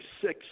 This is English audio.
six